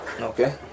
Okay